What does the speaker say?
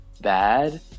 bad